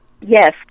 Yes